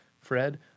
Fred